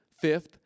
fifth